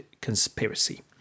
Conspiracy